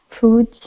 foods